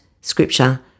Scripture